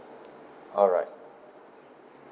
alright